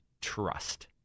trust